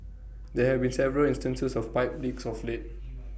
there have been several instances of pipe leaks of late